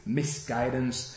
misguidance